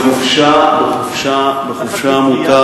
בחופשה מותר